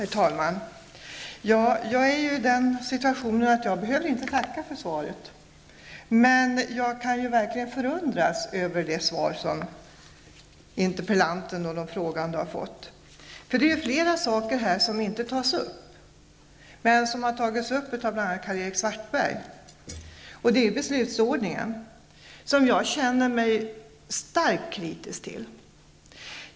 Herr talman! Jag är i den situationen att jag inte behöver tacka för svaret. Men jag förundrades verkligen över det svar interpellanten och de frågande har fått. Det finns flera saker som inte tas upp, men som bl.a. Karl-Erik Svartberg har berört. Det rör bl.a. beslutsordningen, något som jag känner mig starkt kritisk till.